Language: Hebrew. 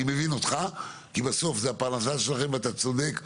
אני מבין אותך כי סוף זו הפרנסה שלכם ואתה צודק,